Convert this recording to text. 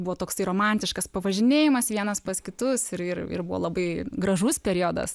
buvo toksai romantiškas pavažinėjimas vienas pas kitus ir ir buvo labai gražus periodas